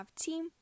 team